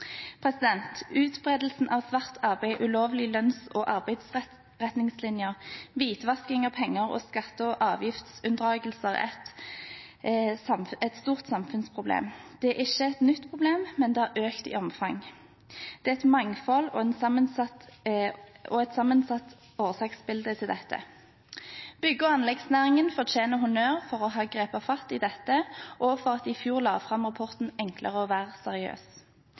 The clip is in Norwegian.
Utbredelsen av svart arbeid, ulovlige lønns- og arbeidsretningslinjer, hvitvasking av penger og skatte- og avgiftsunndragelser er et stort samfunnsproblem. Det er ikke et nytt problem, men det har økt i omfang. Det er et mangfoldig og sammensatt årsaksbilde til dette. Bygge- og anleggsnæringen fortjener honnør for å ha grepet fatt i dette og for at de i fjor la fram rapporten «Enkelt å være seriøs».